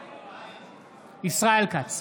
בעד ישראל כץ,